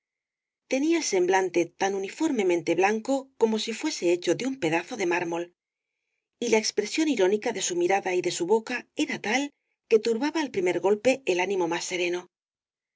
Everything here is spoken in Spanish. tenía el semblante tan uniformemente blanco como si fuese hecho de un pedazo de mármol y la expresión irónica de su mirada y de su boca era tal que turbaba al primer golpe el ánimo más sereno